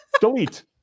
delete